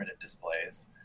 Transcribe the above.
displays